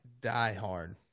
diehard